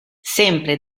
sempre